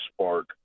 spark